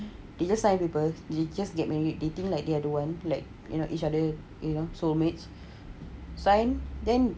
they just sign papers they just get married they think like they're the one you know like each other soul mates sign then